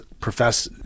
profess